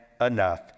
enough